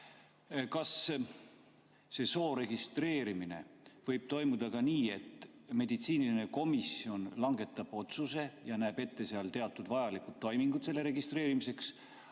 Kas soo registreerimine võib toimuda nii, et meditsiiniline komisjon langetab otsuse ja näeb ette teatud vajalikud toimingud [enne] selle registreerimist,